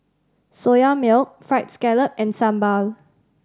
Soya Milk Fried Scallop and sambal